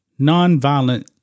Nonviolent